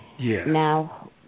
Now